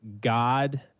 God